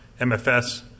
MFS